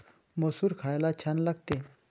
मसूर खायला छान लागते